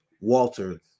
walter